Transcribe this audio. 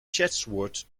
chatsworth